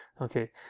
Okay